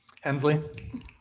Hensley